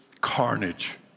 Carnage